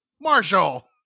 Marshall